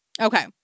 Okay